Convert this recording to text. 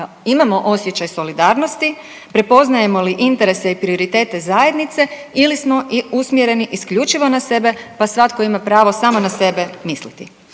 imamo osjećaj solidarnosti, prepoznajemo li interese i prioritete zajednice ili smo i usmjereni isključivo na sebe, pa svatko ima pravo samo na sebe misliti.